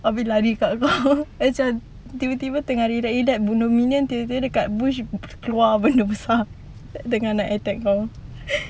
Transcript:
abeh lari dekat kau and macam tiba-tiba tengah relax relax dengan minion tiba-tiba dekat bush keluar benda besar tengah nak attack kau